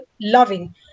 loving